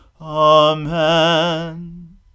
Amen